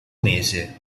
mese